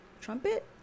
trumpet